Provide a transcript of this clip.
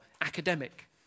academic